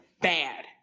bad